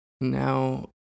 Now